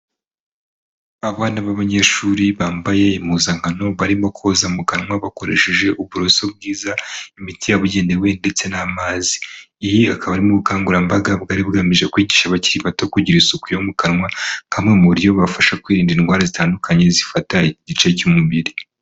Abana b'abanyeshuri bambaye impuzankano barimo koza mu kanwa bakoresheje uburoso bwiza, imiti yabugenewe ndetse n'amazi. Iyi akaba ari mu bukangurambaga bwari bugamije kwigisha abakiri bato kugira isuku yo mu kanwa nka bumwe mu buryo bubafasha kwirinda indwara zitandukanye zifata igice cy'umubiri.